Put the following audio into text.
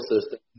system